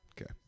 Okay